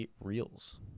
reels